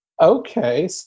Okay